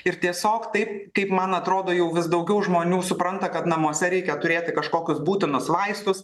ir tiesiog taip kaip man atrodo jau vis daugiau žmonių supranta kad namuose reikia turėti kažkokius būtinus vaistus